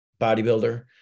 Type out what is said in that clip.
bodybuilder